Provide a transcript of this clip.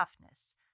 toughness